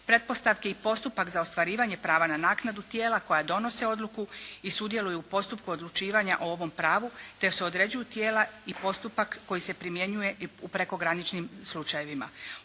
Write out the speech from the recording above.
pretpostavke i postupak za ostvarivanje prava na naknadu tijela koja donose odluku i sudjeluju u postupku odlučivanja o ovom pravu te se određuju tijela i postupak koji se primjenjuje u prekograničnim slučajevima.